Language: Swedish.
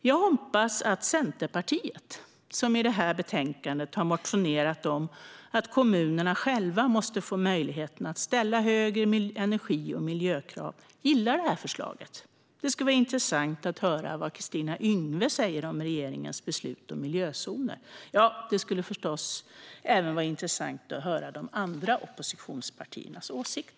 Jag hoppas att Centerpartiet, som i betänkandet har motionerat om att kommunerna själva måste få möjligheten att ställa högre energi och miljökrav, gillar det här förslaget. Det skulle vara intressant att höra vad Kristina Yngwe säger om regeringens beslut om miljözoner. Ja, det skulle förstås vara intressant att höra även de andra oppositionspartiernas åsikt.